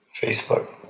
Facebook